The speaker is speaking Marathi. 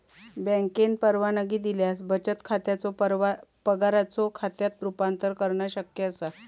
बँकेन परवानगी दिल्यास बचत खात्याचो पगाराच्यो खात्यात रूपांतर करणा शक्य असा